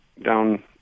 Down